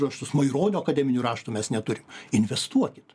raštus maironio akademinių raštų mes neturim investuokit